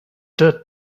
dirt